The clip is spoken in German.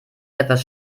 etwas